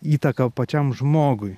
įtaką pačiam žmogui